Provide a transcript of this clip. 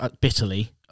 bitterly